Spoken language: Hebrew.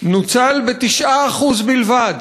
נוצל ב-9% בלבד.